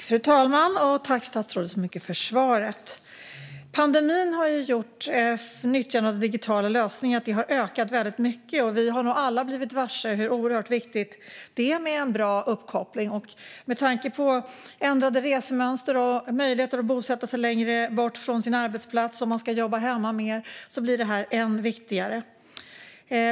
Fru talman! Tack, statsrådet, för svaret! Pandemin har gjort att nyttjandet av digitala lösningar har ökat väldigt mycket, och vi har nog alla blivit varse hur oerhört viktigt det är med en bra uppkoppling. Med tanke på ändrade resemönster och möjligheter att bosätta sig längre bort från sin arbetsplats om man ska jobba hemma mer blir detta än viktigare.